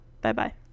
Bye-bye